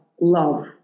love